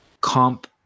comp